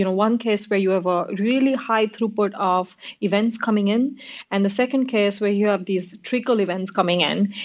one case where you have a really high throughput of events coming in and the second case where you have these trickle events coming in.